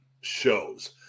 shows